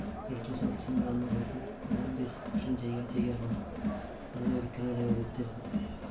ആ ഇലക്ട്രിസിറ്റി ഓഫീസില് നിന്ന് വന്ന് അവര് അത് ഡിസ്കണക്ഷന് ചെയ്യ ചെയ്യാറുണ്ട് അതിന് ഒരിക്കലും ഇടവരുത്തരുത്